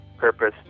purpose